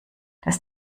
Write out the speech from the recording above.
das